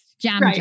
jam